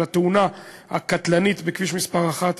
של התאונה הקטלנית בכביש מס' 1,